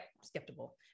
skeptical